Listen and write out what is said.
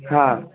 हाँ